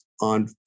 on